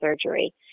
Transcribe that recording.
surgery